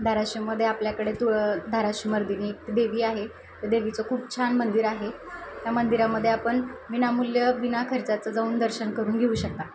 धाराशिवमध्ये आपल्याकडे तुळं धाराशिवमर्दिनी एक देवी आहे देवीचं खूप छान मंदिर आहे त्या मंदिरामध्ये आपण विनामूल्य विना खर्चाचं जाऊन दर्शन करून घेऊ शकता